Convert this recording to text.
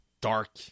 Dark